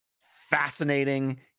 fascinating